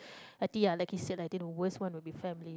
like you said I think worst one would be family